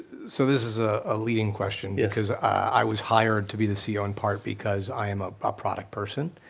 so this is ah a leading question, cause i was hired to be the ceo, in part because i am a product person,